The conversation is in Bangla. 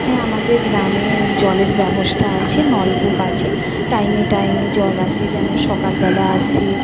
হ্যাঁ আমাদের গ্রামে জলের ব্যবস্থা আছে নলকূপ আছে টাইমে টাইমে জল আসে যেমন সকালবেলা আসে